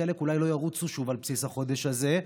חלק אולי לא ירוצו שוב על בסיס החודש הזה,